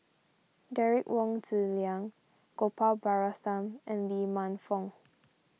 Derek Wong Zi Liang Gopal Baratham and Lee Man Fong